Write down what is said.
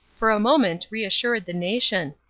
for a moment reassured the nation.